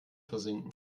versinken